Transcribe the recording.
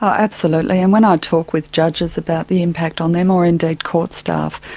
absolutely, and when i talk with judges about the impact on them or indeed court staff,